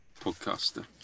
podcaster